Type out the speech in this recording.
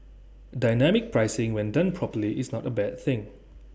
dynamic pricing when done properly is not A bad thing